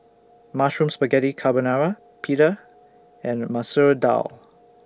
Mushroom Spaghetti Carbonara Pita and Masoor Dal